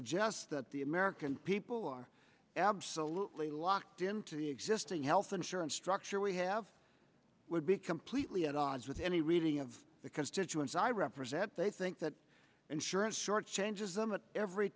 suggest that the american people are absolutely locked into the existing health insurance structure we have would be completely at odds with any reading of the constituents i represent they think that insurance short changes them at every